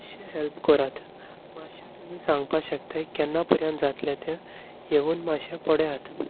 मातशें हेल्प करात मातशें तुमी सांगपा शकतात केन्ना पर्यंत जातलें तें येवन मातशें पळयात